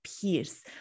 peace